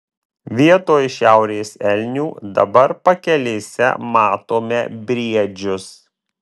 vietoj šiaurės elnių dabar pakelėse matome briedžius